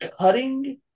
cutting